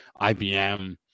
IBM